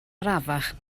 arafach